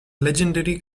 legendary